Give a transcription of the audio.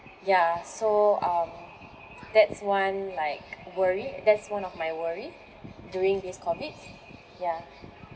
ya so um that's one like worry that's one of my worry during this COVID ya